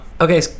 Okay